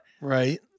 Right